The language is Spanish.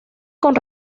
con